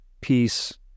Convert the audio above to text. peace